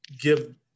give